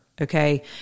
okay